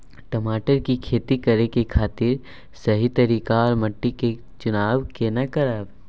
टमाटर की खेती करै के खातिर सही तरीका आर माटी के चुनाव केना करबै?